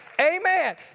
Amen